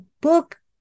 book